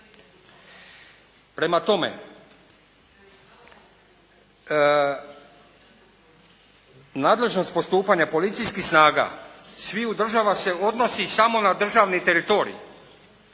Prema tome, nadležnost postupanja policijskih stanja sviju država se odnosi samo na državni teritorij